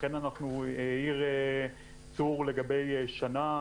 העיר צור לגבי שנה,